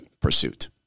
pursuit